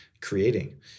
creating